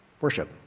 worship